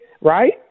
right